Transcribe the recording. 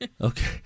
Okay